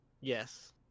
Yes